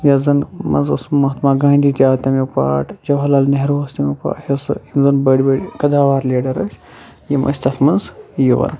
یا زَن مَنٛز اوس مَہاتما گانٛدی تہٕ آو تمیُک پاٹ جَواہَر لال نہروٗ اوس تمیُک پاٹ حِصہِ یِم زَن بٔڈۍ بٔڈۍ قَداوار لیڈَر ٲسۍ یِم ٲسۍ تَتھ مَنٛز یِوان